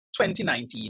2019